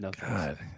God